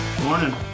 Morning